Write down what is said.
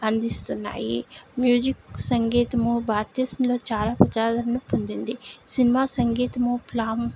అందిస్తున్నాయి మ్యూజిక్ సంగీతము భారతదేశంలో చాలా ప్రజాదరణ పొందింది సినిమా సంగీతము ప్లామ్